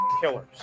killers